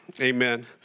amen